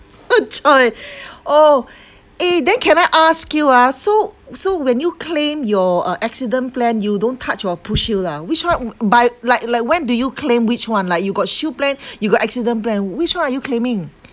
choi oh eh then can I ask you ah so so when you claim your uh accident plan you don't touch your pu~ shield ah which one by like like when do you claim which one like you got shield plan you got accident plan which one are you claiming